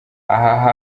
aho